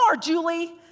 Julie